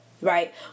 right